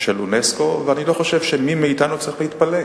של אונסק"ו, ואני לא חושב שמי מאתנו צריך להתפלא.